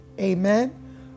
Amen